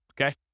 Okay